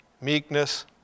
meekness